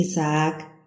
Isaac